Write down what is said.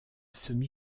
semi